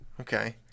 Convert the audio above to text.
Okay